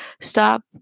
Stop